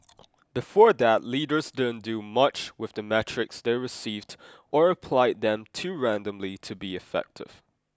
before that leaders didn't do much with the metrics they received or applied them too randomly to be effective